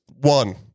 one